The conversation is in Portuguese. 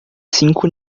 cinco